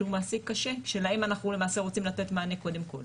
שהוא מעסיק כשר שלהם אנחנו למעשה רוצים לתת מענה קודם כל,